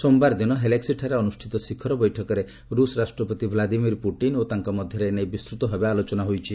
ସୋମବାର ଦିନ ହେଲେକ୍ସିଠାରେ ଅନୁଷ୍ଠିତ ଶିଖର ବୈଠକରେ ରୁଷ୍ ରାଷ୍ଟ୍ରପତି ଭ୍ଲାଡିମିର୍ ପୁଟିନ୍ ଓ ତାଙ୍କ ମଧ୍ୟରେ ଏ ନେଇ ବିସ୍ତୃତ ଭାବେ ଆଲୋଚନା ହୋଇଛି